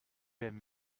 aimes